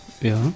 Ja